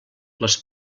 les